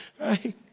right